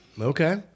okay